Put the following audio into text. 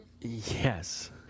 Yes